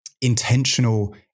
intentional